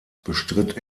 bestritt